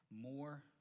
more